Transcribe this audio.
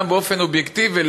גם באופן אובייקטיבי,